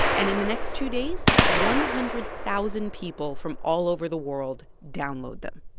and in the next two days, one hundred thousand people from all over the world download them.